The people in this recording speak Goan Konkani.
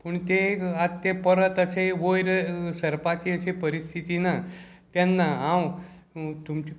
पूण तें आत तें पोरत अशे वयर सरपाची अशी परिस्थिती ना तेन्ना हांव तुमचे